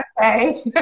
Okay